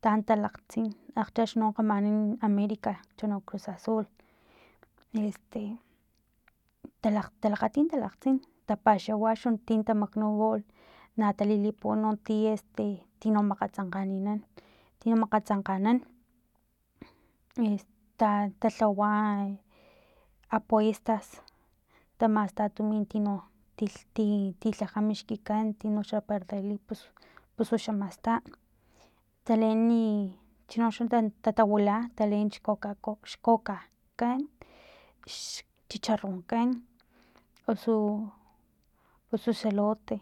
taan talakgtsin agchex no axni kgamana america chono cruz azul este talakg talakgati talakgtsin tapaxawa uni tin tamaknu gool na talilipuwan no ti este tino makgatsankganan ti na makgatsankganan es ta talhawa apuestas tamasta timin ti ti ti lhaja mixkikan tinoxa perderli pus uxa masta taleeni chinoxa tatawila ta leen xcoca cocakan xchicharronkan uso osu xelote